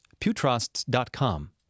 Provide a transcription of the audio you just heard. pewtrusts.com